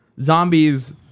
zombies